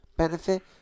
Benefit